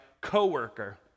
co-worker